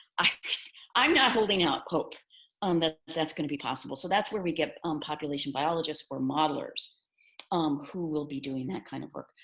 i'm i'm not holding out hope that that's going to be possible. so that's where we get on population biologists or modelers um who will be doing that kind of work.